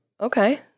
Okay